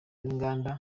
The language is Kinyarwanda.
n’inganda